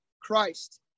Christ